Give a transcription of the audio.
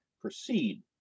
proceed